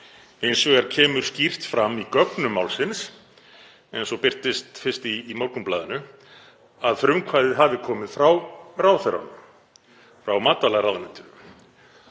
Hins vegar kemur skýrt fram í gögnum málsins, eins og birtist fyrst í Morgunblaðinu, að frumkvæðið hafi komið frá ráðherranum, frá matvælaráðuneyti.